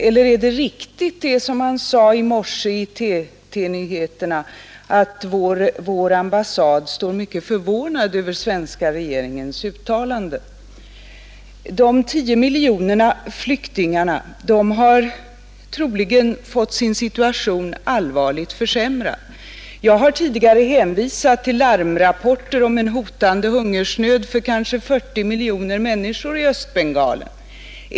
Eller är det riktigt som det sades i morse i TT-nyheterna att vär ambassad är mycket förvånad över den svenska regeringens uttalande? De 10 miljoner flyktingarna har troligen fått sin situation allvarligt försämrad. Jag har tidigare hänvisat till larmrapporter om en hotande hungersnöd för kanske 40 miljoner människor i Östbengalen.